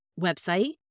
website